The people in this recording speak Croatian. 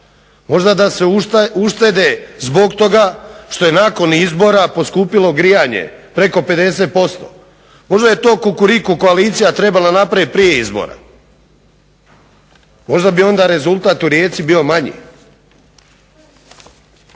Možda da se uštede zbog toga što je nakon izbora poskupilo grijanje preko 50%. Možda je to Kukuriku koalicija trebala napraviti prije izbora. Možda bi onda rezultat u Rijeci bio manji.